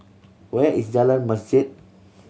where is Jalan Masjid